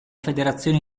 federazione